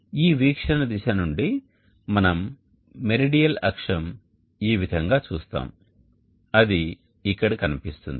ఈ వీక్షణ దిశ నుండి మనం మెరిడియల్ అక్షం ఈ విధంగా చూస్తాము అది ఇక్కడ కనిపిస్తుంది